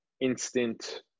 instant